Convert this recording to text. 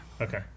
okay